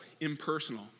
impersonal